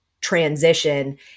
transition